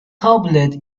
tablet